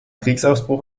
kriegsausbruch